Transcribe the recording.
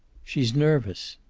she's nervous.